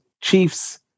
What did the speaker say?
chief's